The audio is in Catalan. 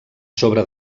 sobre